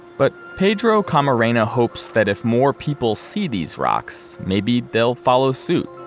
but pedro camarena hopes that if more people see these rocks, maybe they'll follow suit,